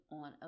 on